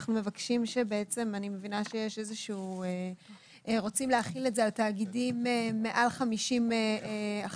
אני מבינה שרוצים להחיל את זה על תאגידים מעל 50 עובדים,